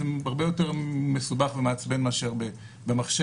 זה הרבה יותר מסובך ומעצבן מאשר במחשב.